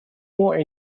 more